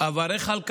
אברך על כך,